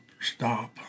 stop